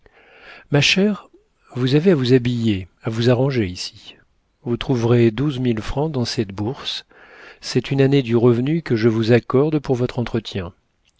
ma chère vous avez à vous habiller à vous arranger ici vous trouverez douze mille francs dans cette bourse c'est une année du revenu que je vous accorde pour votre entretien